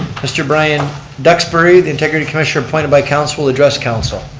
mr. brian duxbury, the integrity commissioner appointed by council will address council.